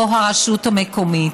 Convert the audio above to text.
זה הרשות המקומית,